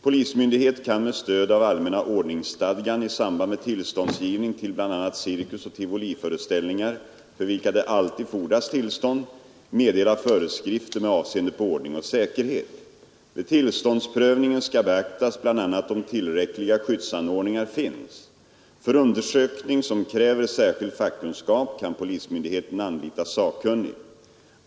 Polismyndighet kan med stöd av allmänna ordningsstadgan i samband med tillståndsgivning till bl.a. cirkusoch tivoliföreställningar — för vilka det alltid fordras tillstånd — meddela föreskrifter med avseende på ordning och säkerhet. Vid tillståndsprövningen skall beaktas bl.a. om tillräckliga skyddsanordningar finns. För undersökning som kräver särskild fackkunskap kan polismyndigheten anlita sakkunnig.